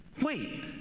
wait